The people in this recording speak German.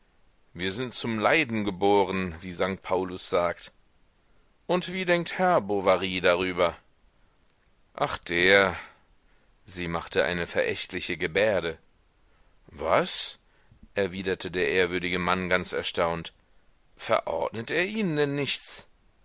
wir sind zum leiden geboren wie sankt paulus sagt und wie denkt herr bovary darüber ach der sie machte eine verächtliche gebärde was erwiderte der ehrwürdige mann ganz erstaunt verordnet er ihnen denn nichts